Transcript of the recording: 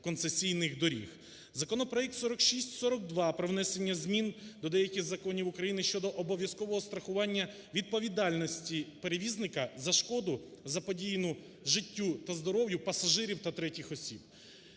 Законопроект 4642 про внесення змін до деяких законів України щодо обов'язкового страхування відповідальності перевізника за шкоду, заподіяну життю та здоров'ю пасажирів та третіх осіб.